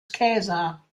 caesar